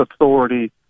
authority